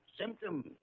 symptoms